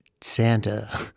Santa